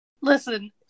Listen